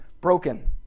broken